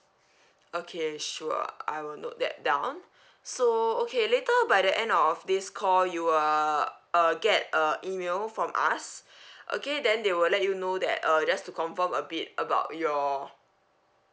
okay sure I will note that down so okay later by the end of this call you will uh get a email from us okay then they will let you know that uh just to confirm a bit about your